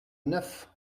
neuf